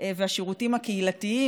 והשירותים הקהילתיים,